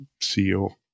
CEO